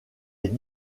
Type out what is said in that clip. est